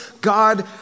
God